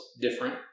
different